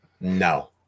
No